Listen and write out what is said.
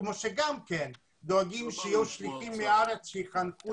כמו שגם כן דואגים שיהיו שליחים מהארץ שיחנכו